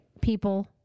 people